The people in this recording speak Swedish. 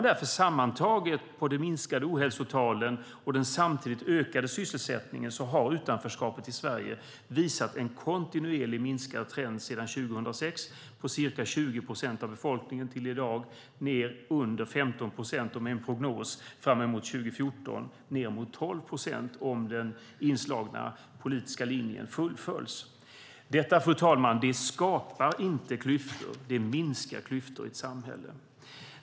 De minskade ohälsotalen och den ökade sysselsättningen gör sammantaget att utanförskapet har visat en kontinuerligt minskad trend sedan 2006 på ca 20 procent av befolkningen till under 15 procent och med en prognos till 2014 ned mot 12 procent om den inslagna politiska linjen fullföljs. Detta skapar inte klyftor, det minskar klyftor i ett samhälle.